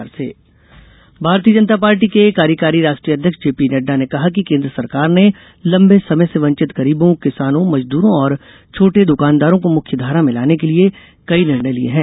Nadda Bharatiya Janata Party के कार्यकारी राष्ट्रीय अध्यक्ष जे पी नड्डा ने कहा कि केन्द्र सरकार ने लम्बे समय से वंचित गरीबों किसानों मजदरों और छोटे दकानदारों को मुख्यघारा में लाने के लिये कई निर्णय लिए हैं